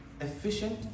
efficient